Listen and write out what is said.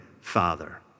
Father